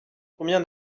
combien